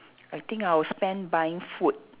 I think I will spend buying food